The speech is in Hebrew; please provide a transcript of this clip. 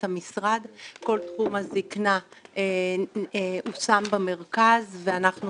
המשרד כל תחום הזקנה הושם במרכז ואנחנו